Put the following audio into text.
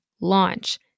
launch